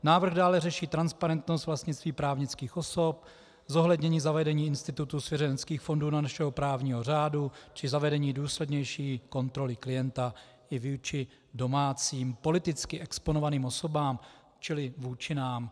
Návrh dále řeší transparentnost vlastnictví právnických osob, zohlednění zavedení institutu svěřeneckých fondů do našeho právního řádu či zavedení důslednější kontroly klienta i vůči domácím politicky exponovaným osobám, čili vůči nám.